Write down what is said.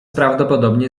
prawdopodobnie